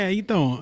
então